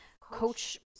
coach